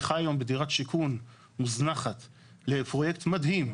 שחי היום בדירת שיכון מוזנחת לפרויקט מדהים,